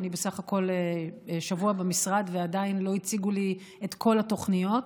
אני בסך הכול שבוע במשרד ועדיין לא הציגו לי את כל התוכניות,